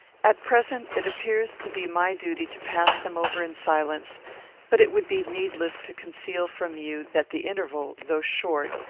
at present, it appears to be my duty to pass them over in silence but it would be needless to conceal from you that the interval, though short,